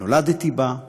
נולדתי בה,